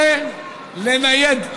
ורוצה לנייד,